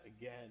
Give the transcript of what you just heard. again